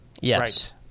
Yes